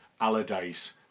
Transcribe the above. Allardyce